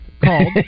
Called